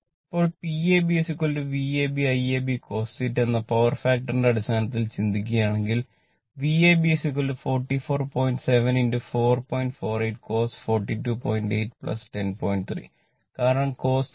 ഇപ്പോൾ PabVab Iab cos θ എന്ന power ഫാക്ടറിന്റെ അടിസ്ഥാനത്തിൽ ചിന്തിക്കുകയാണെങ്കിൽ Vab 44